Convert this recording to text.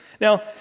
Now